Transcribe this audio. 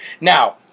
Now